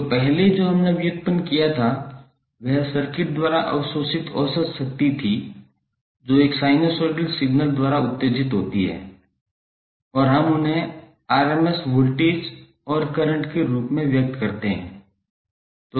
तो पहले जो हमने व्युत्पन्न किया था वह सर्किट द्वारा अवशोषित औसत शक्ति थी जो एक साइनसोइडल सिग्नल द्वारा उत्तेजित होती है और हम उन्हें आरएमएस वोल्टेज और करंट के रूप में व्यक्त करते हैं